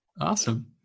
Awesome